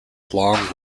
long